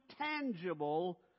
tangible